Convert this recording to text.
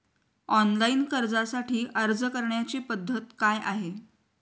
Online कर्जासाठी अर्ज करण्याची पद्धत काय आहे?